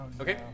Okay